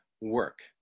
work